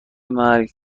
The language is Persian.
مرگ